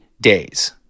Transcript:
days